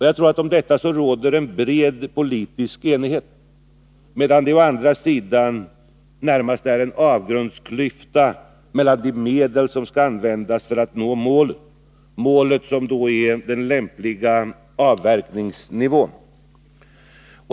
Jag tror att det om detta råder en bred politisk enighet, medan det å andra sidan är närmast en avgrundsklyfta mellan uppfattningarna om de medel som skall användas för att nå målet, dvs. en lämplig avverkningsnivå.